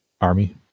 army